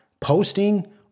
posting